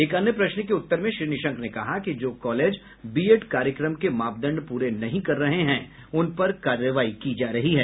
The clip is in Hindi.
एक अन्य प्रश्न के उत्तर में श्री निशंक ने कहा कि जो कॉलेज बीएड कार्यक्रम के मापदंड पूरे नहीं कर रहे हैं उन पर कार्रवाई की जा रही है